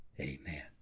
Amen